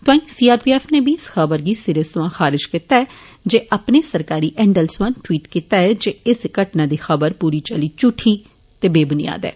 तोआई सीआरपीएफ नै बी इस खबर गी सिरे सोआं खारिज कीता ऐ जे अपने सरकारी हैंडल सोआं ट्वीट कीता ऐ जे घटना दी खबर पूरी चाल्ली झूठी ते बेबुनियादी ऐ